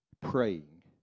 praying